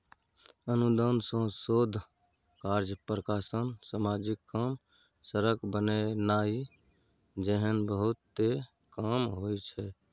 अनुदान सँ शोध कार्य, प्रकाशन, समाजिक काम, सड़क बनेनाइ जेहन बहुते काम होइ छै